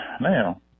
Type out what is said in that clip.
now